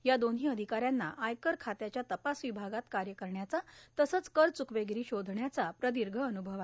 या दोन्ही अधिकाऱ्यांना आयकर खात्याच्या तपास र्विभागात काय करण्याचा तसंच करचुकर्वोगरी शोधण्याचा प्रदोघ अनुभव आहे